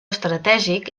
estratègic